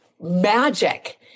magic